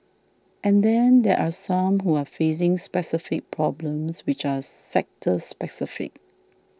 and then there are some who are facing specific problems which are sector specific